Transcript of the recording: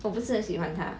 我不是很喜欢他